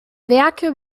werke